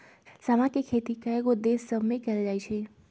समा के खेती कयगो देश सभमें कएल जाइ छइ